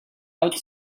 out